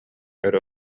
өрө